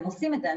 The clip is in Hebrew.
הם עושים את זה.